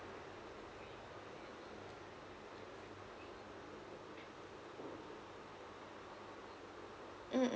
mm